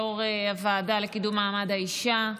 יושבת-ראש הוועדה לקידום מעמד האישה,